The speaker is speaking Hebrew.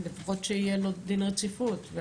אז לפחות שיהיה דין רציפות.